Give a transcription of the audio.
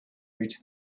reach